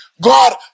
God